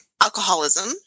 alcoholism